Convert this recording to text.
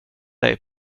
dig